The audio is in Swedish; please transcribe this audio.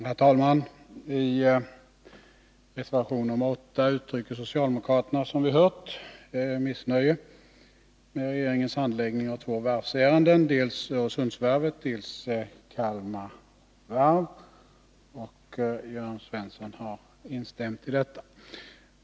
Herr talman! I reservation nr 8 uttrycker socialdemokraterna, som vi hört, missnöje med regeringens handläggning av två varvsärenden, rörande dels Öresundsvarvet, dels Kalmar Varv. Jörn Svensson har också instämt i denna kritik.